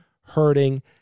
hurting